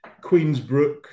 Queensbrook